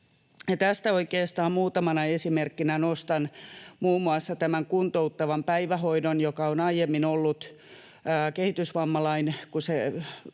Tästä oikeastaan muutamana esimerkkinä nostan muun muassa kuntouttavan päivähoidon, joka on aiemmin ollut kehitysvammalain mukaan